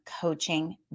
coaching